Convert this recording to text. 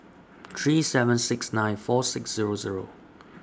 three seven six nine four six Zero Zero